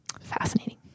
fascinating